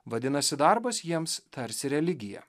vadinasi darbas jiems tarsi religija